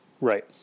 Right